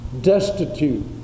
destitute